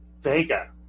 vega